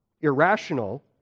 irrational